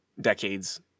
decades